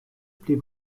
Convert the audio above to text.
blieb